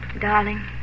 Darling